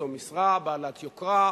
זו משרה בעלת יוקרה,